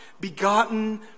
Begotten